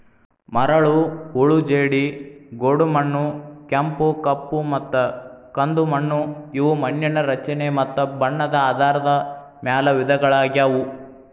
ಮರಳು, ಹೂಳು ಜೇಡಿ, ಗೋಡುಮಣ್ಣು, ಕೆಂಪು, ಕಪ್ಪುಮತ್ತ ಕಂದುಮಣ್ಣು ಇವು ಮಣ್ಣಿನ ರಚನೆ ಮತ್ತ ಬಣ್ಣದ ಆಧಾರದ ಮ್ಯಾಲ್ ವಿಧಗಳಗ್ಯಾವು